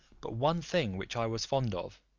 but one thing which i was fond of,